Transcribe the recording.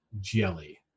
jelly